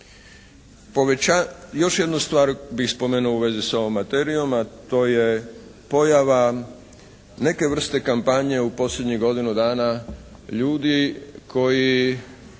Još jednu stvar bih spomenuo u vezi sa ovom materijom, a to je pojava neke vrste kampanje u posljednjih godinu dana. Ljudi koji